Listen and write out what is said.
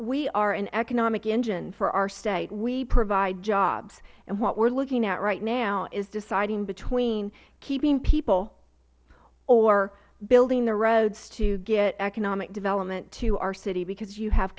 we are an economic engine for our state we provide jobs and what we are looking at right now is deciding between keeping people or building the roads to get economic development to our city because you have